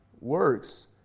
works